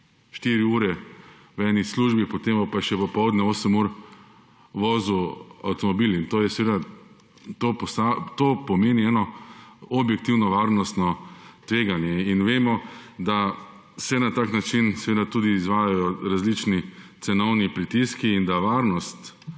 štiri ure v eni službi, potem bo pa še popoldne osem ur vozil avtomobil in to je seveda, to pomeni eno objektivno varnostno tveganje in vemo, da se na tak način seveda tudi izvajajo različni cenovni pritiski in da varnost